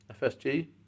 FSG